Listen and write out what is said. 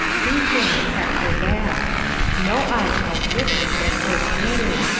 two things kept her back no eyes must witness their first meeting,